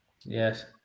Yes